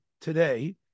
today